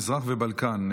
המזרח והבלקן.